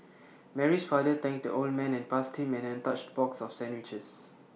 Mary's father thanked the old man and passed him an untouched box of sandwiches